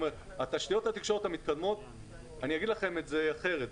אני אומר לכם את זה אחרת.